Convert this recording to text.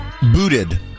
booted